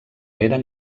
eren